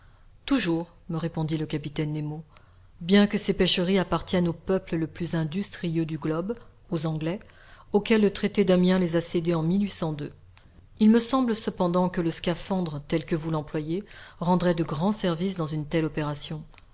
toujours me répondit le capitaine nemo bien que ces pêcheries appartiennent au peuple le plus industrieux du globe aux anglais auxquels le traité d'amiens les a cédées en il me semble cependant que le scaphandre tel que vous l'employez rendrait de grands services dans une telle opération